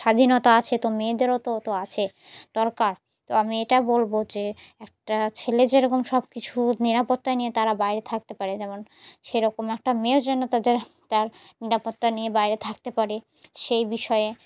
স্বাধীনতা আছে তো মেয়েদেরও তো তো আছে দরকার তো আমি এটা বলবো যে একটা ছেলে যেরকম সব কিছু নিরাপত্তা নিয়ে তারা বাইরে থাকতে পারে যেমন সেরকম একটা মেয়ের জন্য তাদের তার নিরাপত্তা নিয়ে বাইরে থাকতে পারে সেই বিষয়ে